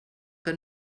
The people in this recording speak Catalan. que